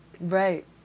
right